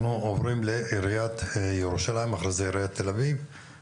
אנחנו עוברים לעיריית ירושלים ואחרי כן לעיריית תל אביב.